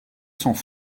cents